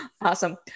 Awesome